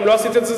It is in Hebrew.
אם לא עשית את זה,